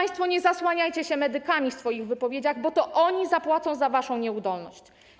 Nie zasłaniajcie się państwo medykami w swoich wypowiedziach, bo to oni zapłacą za waszą nieudolność.